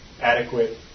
adequate